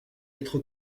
être